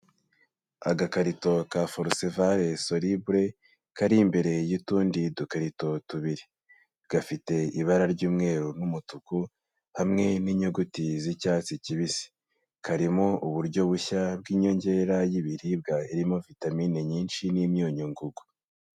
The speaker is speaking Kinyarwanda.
Agakarito ka forusevare soribure, kari imbere y'utundi dukarito tubiri, gafite ibara ry'umweru n'umutuku, hamwe n'inyuguti z'icyatsi kibisi, karimo uburyo bushya bw'inyongera y'ibiribwa irimo vitamine nyinshi n'imyunyu ngugu.